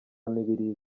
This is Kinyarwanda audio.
mibirizi